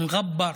(אומר בערבית: